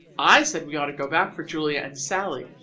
i said we ought to go back for julia and sallie,